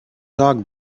dog